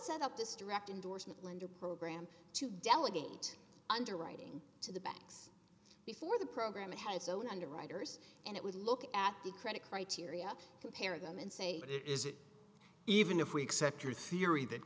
set up this direct indorsement lender program to delegate underwriting to the banks before the program it had its own underwriters and it would look at the credit criteria compare them and say it is it even if we accept your theory that